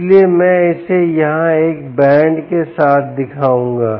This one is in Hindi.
इसलिए मैं इसे यहां एक बैंड के साथ दिखाऊंगा